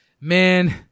man